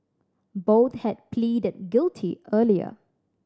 both had pleaded guilty earlier